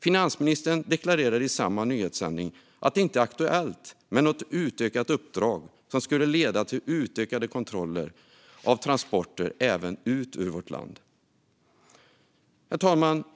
Finansministern deklarerade i samma nyhetssändning att det inte är aktuellt med något utökat uppdrag som skulle leda till utökade kontroller av transporter även ut ur vårt land. Herr talman!